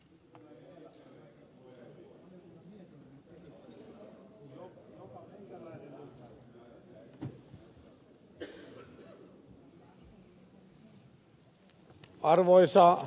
arvoisa puhemies